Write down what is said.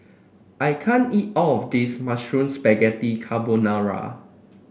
I can't eat all of this Mushroom Spaghetti Carbonara